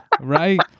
right